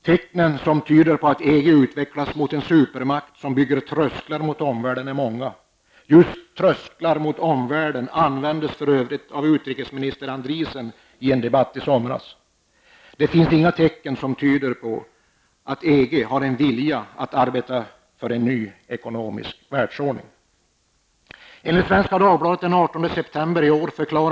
Tecknen som tyder på att EG utvecklas mot en supermakt som bygger trösklar mot omvärlden är många -- just uttrycket ''trösklar mot omvärlden'' användes för övrigt av utrikesministern Andriessen i en debatt i somras. Det finns inga tecken som tyder på att EG har en vilja att arbeta för en ny ekonomisk världsordning.